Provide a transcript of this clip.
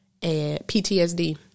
PTSD